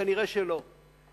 נראה שלא.